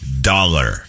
dollar